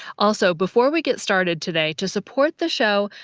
also, before we get started today, to support the show,